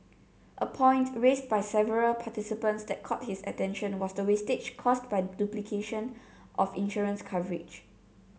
a point raised by several participants that caught his attention was the wastage caused by duplication of insurance coverage